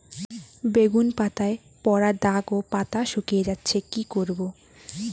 বেগুন পাতায় পড়া দাগ ও পাতা শুকিয়ে যাচ্ছে কি করব?